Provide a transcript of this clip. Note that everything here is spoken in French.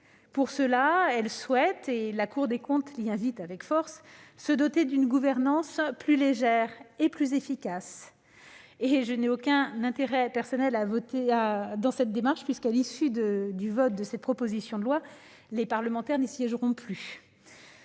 Pour cela, elle souhaite, ce à quoi la Cour des comptes l'y invite avec force, se doter d'une gouvernance plus légère et plus efficace. Je n'ai aucun intérêt personnel dans cette démarche, puisque, à l'issue du parcours de cette proposition de loi, les parlementaires ne siégeront plus